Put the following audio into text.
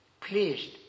pleased